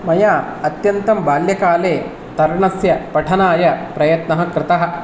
मया अत्यन्तं बाल्यकाले तरणस्य पठनाय प्रयत्नः कृतः